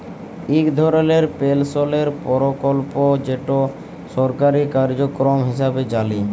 ইক ধরলের পেলশলের পরকল্প যেট সরকারি কার্যক্রম হিঁসাবে জালি